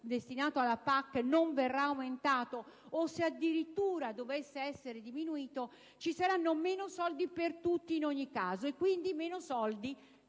destinate alla PAC non verrà aumentato o se addirittura venisse diminuito, ci saranno meno soldi per tutti in ogni caso e, quindi, meno soldi